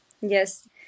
Yes